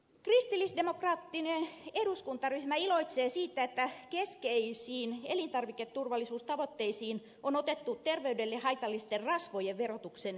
kristillisdemokraattinen eduskuntaryhmä iloitsee siitä että keskeisiin elintarviketurvallisuustavoitteisiin on otettu terveydelle haitallisten rasvojen verotuksen selvittäminen